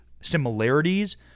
similarities